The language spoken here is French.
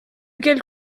quelle